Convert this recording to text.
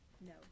no